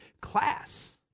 class